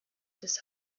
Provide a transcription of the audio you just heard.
des